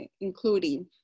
including